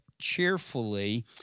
cheerfully